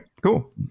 cool